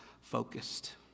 focused